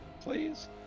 Please